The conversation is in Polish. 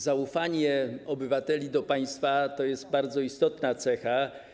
Zaufanie obywateli do państwa to jest bardzo istotna cecha.